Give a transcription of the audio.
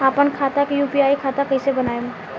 आपन खाता के यू.पी.आई खाता कईसे बनाएम?